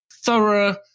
thorough